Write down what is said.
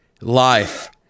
life